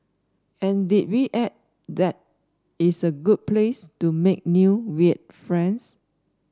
and did we add that it's a good place to make new weird friends